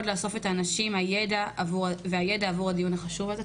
לאסוף את האנשים והידע עבור הדיון החשוב הזה.